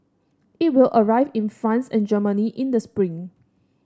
it will arrive in France and Germany in the spring